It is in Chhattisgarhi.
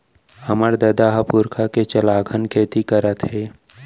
हमर ददा ह पुरखा के चलाघन खेती करत हे